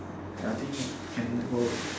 ya I think can go